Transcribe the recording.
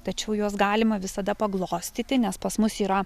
tačiau juos galima visada paglostyti nes pas mus yra